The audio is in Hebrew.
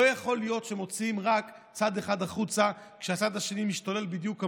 לא יכול להיות שמוציאים רק צד אחד החוצה כשהצד השני משתולל בדיוק כמונו,